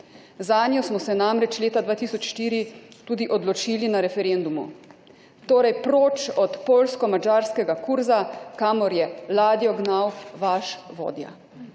Zanjo smo se namreč leta 2004 tudi odločili na referendumu. Torej proč od poljsko madžarskega kurza, kamor je ladjo gnal vaš vodja.